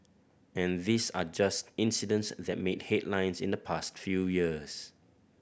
and these are just incidents that made headlines in the past few years